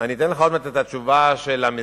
אני אתן לך עוד מעט את התשובה של המשרד,